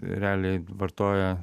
realiai vartoja